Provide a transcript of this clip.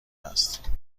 است